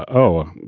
oh,